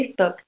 Facebook